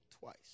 twice